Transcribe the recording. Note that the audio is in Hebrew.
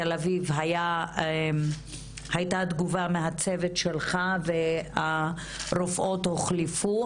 בתל אביב הייתה תגובה מהצוות שלך והרופאות הוחלפו,